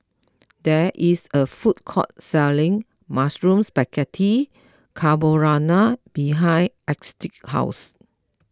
there is a food court selling Mushroom Spaghetti Carbonara behind Astrid's house